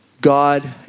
God